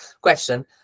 question